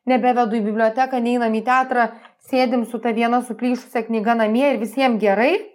nebevedu į biblioteką neinam į teatrą sėdim su ta viena suplyšusia knyga namie ir visiem gerai